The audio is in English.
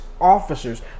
officers